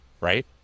right